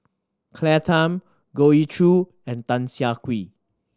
Claire Tham Goh Ee Choo and Tan Siah Kwee